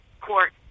court